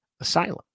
asylum